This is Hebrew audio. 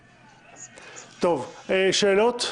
שאלות?